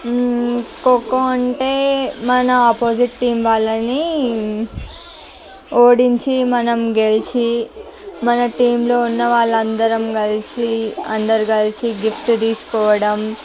ఖోఖో అంటే మన opposite team వాళ్ళని ఓడించి మనం గెలిచి మన టీమ్లో ఉన్న వాళ్ళు అందరం కలిసి అందరు కలిసి గిఫ్ట్ తీసుకోవడం